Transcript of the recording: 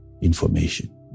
information